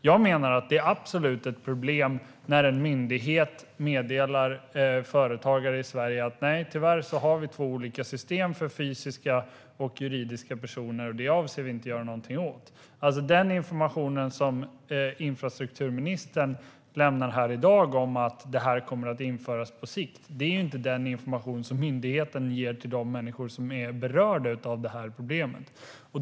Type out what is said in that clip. Jag menar att det absolut är ett problem när en myndighet meddelar företagare i Sverige att man tyvärr har två olika system för fysiska och juridiska personer och att man inte avser att göra någonting åt det. Den information som infrastrukturministern lämnar här i dag om att detta kommer att införas på sikt är inte den information som myndigheten ger till de människor som är berörda av detta problem.